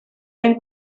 eren